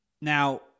Now